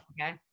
okay